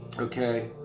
Okay